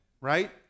right